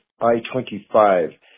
I-25